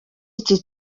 iki